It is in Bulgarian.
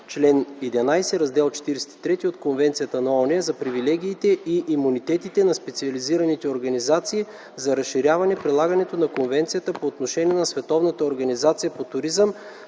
чл. ХІ, Раздел 43 от Конвенцията на ООН за привилегиите и имунитетите на специализираните организации за разширяване прилагането на Конвенцията по отношение на